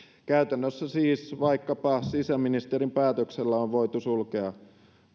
käytännössä siis vaikkapa sisäministerin päätöksillä on voitu sulkea